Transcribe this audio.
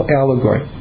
allegory